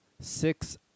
six